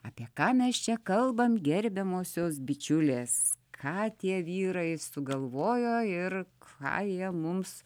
apie ką mes čia kalbam gerbiamosios bičiulės ką tie vyrai sugalvojo ir ką jie mums